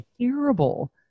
terrible